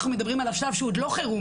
אנחנו מדברים על השלב שהוא עוד לא חירום,